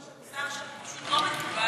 מה שאת עושה עכשיו פשוט לא מקובל.